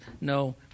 no